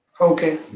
Okay